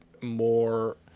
more